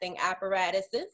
apparatuses